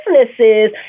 businesses